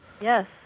yes